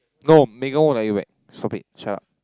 no Megan won't like you back stop it shut up